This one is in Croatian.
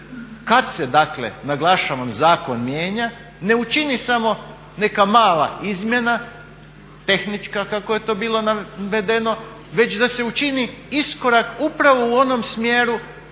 kad se dakle naglašavam zakon mijenja ne učini samo neka mala izmjena tehnička kako je to bilo navedeno već da se učini iskorak upravo u onom smjeru